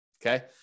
Okay